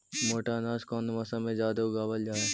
मोटा अनाज कौन मौसम में जादे उगावल जा हई?